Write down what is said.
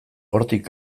hortik